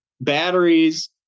batteries